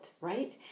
right